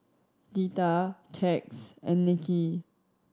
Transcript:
Deetta Tex and Nicky